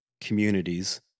communities